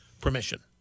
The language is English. permission